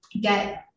get